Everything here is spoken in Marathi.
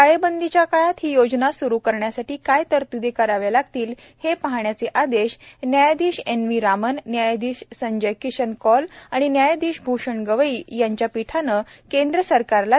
टाळेबंदीच्या काळात ही योजना स्रू करण्यासाठी काय तरत्दी कराव्या लागतील हे पाहण्याचे आदेश न्यायाधीश एन व्ही रामन न्यायाधीश संजय किशन कौल आणि न्यायाधीश भूषण गवई यांच्या पीठानं केंद्र सरकारला दिले आहेत